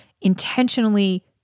intentionally